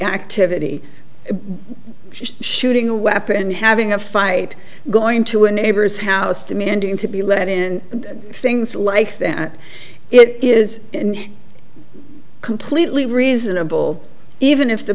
activity shooting a weapon having a fight going to a neighbor's house demanding to be let in things like that it is completely reasonable even if the